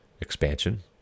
expansion